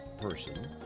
person